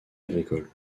agricole